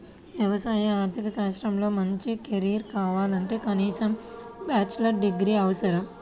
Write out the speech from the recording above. వ్యవసాయ ఆర్థిక శాస్త్రంలో మంచి కెరీర్ కావాలంటే కనీసం బ్యాచిలర్ డిగ్రీ అవసరం